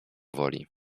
woli